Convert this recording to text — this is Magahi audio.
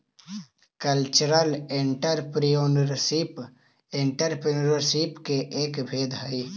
कल्चरल एंटरप्रेन्योरशिप एंटरप्रेन्योरशिप के एक भेद हई